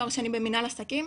תואר שני במנהל עסקים,